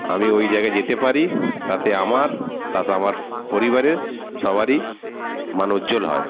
আমি ওই জায়গায় যেতে পারি তাতে আমার প্লাস আমার পরিবারের সবারই মান উজ্জ্বল হয়